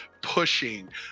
pushing